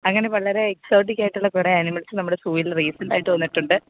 അങ്ങനെ വളരെ എക്സോട്ടിക്ക് ആയിട്ടുള്ള കുറേ അനിമൽസ്സ് നമ്മുടെ സൂവിൽ റീസെൻ്റ് ആയിട്ട് വന്നിട്ടുണ്ട്